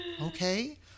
Okay